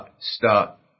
stop